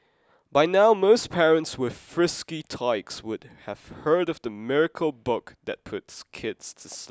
by now most parents with frisky tykes would have heard of the miracle book that puts kids to